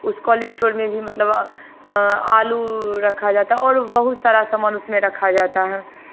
उस cold store में भी मतलब आलू रखा जाता है और बहुत सारा सामान उसमें रखा जाता है